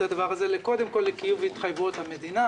הדבר הזה קודם כול לקיום התחייבויות המדינה.